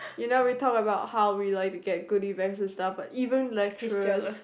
you know we talk about how we like to get goodie bags and stuff but even lecturers